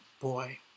boy